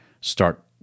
start